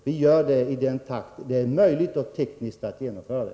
Vi gör det i den takt det är tekniskt möjligt att genomföra det.